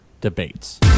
debates